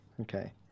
okay